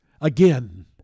again